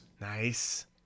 Nice